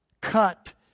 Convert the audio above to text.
cut